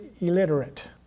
illiterate